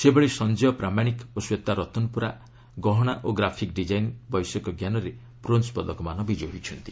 ସେହିଭଳି ସଞ୍ଜୟ ପ୍ରାମାଣିକ ଓ ଶ୍ୱେତା ରତନପୁରା ଗହଣା ଓ ଗ୍ରାଫିକ ଡିଜାଇନ୍ ବୈଷୟିକ ଜ୍ଞାନରେ ବ୍ରୋଞ୍ଜ ପଦକ ବିଜୟୀ ହୋଇଛନ୍ତି